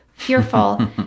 fearful